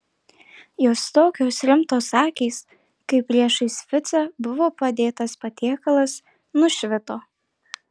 jos tokios rimtos akys kai priešais ficą buvo padėtas patiekalas nušvito